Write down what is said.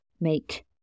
make